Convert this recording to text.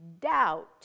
Doubt